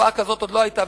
תופעה כזאת עוד לא היתה,